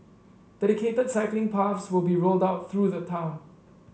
dedicated cycling paths will be rolled out through the town